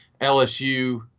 LSU